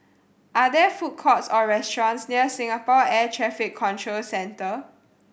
are there food courts or restaurants near Singapore Air Traffic Control Centre